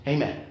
Amen